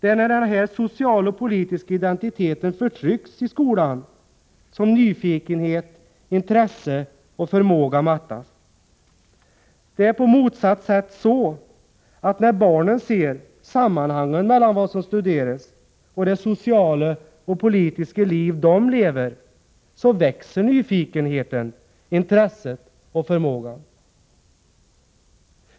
Det är när denna sociala och politiska identitet förtrycks i skolan som nyfikenhet, intresse och förmåga mattas. Det är på motsatt sätt så, att när barnen ser sammanhangen mellan vad som studeras och det sociala och politiska liv de lever då växer nyfikenheten, intresset och förmågan.